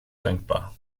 denkbar